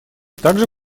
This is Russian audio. также